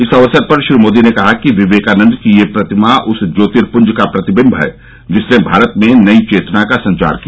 इस अवसर पर श्री मोदी ने कहा कि विवेकानंद की यह प्रतिमा उस ज्योर्तिपूज का प्रतिबिंब है जिसने भारत में नई चेतना का संचार किया